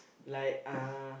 like uh